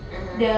mmhmm